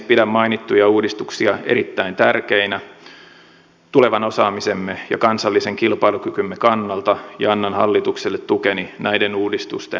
pidän mainittuja uudistuksia erittäin tärkeinä tulevan osaamisemme ja kansallisen kilpailukykymme kannalta ja annan hallitukselle tukeni näiden uudistusten toteuttamisessa